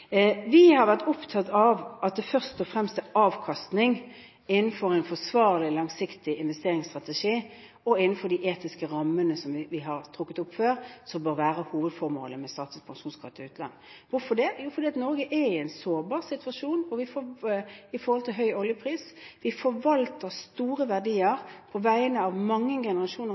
Vi har vært opptatt av at det først og fremst er avkastning innenfor en forsvarlig, langsiktig investeringsstrategi og innenfor de etiske rammene som vi har trukket opp før, som bør være hovedformålet med Statens pensjonsfond utland. Hvorfor det? Jo, fordi Norge er i en sårbar situasjon med tanke på høy oljepris. Vi forvalter store verdier på vegne av mange generasjoner